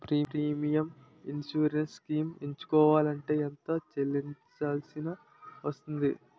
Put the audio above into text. Premium insurance schemes ఎంచుకోవలంటే ఎంత చల్లించాల్సివస్తుంది??